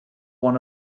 one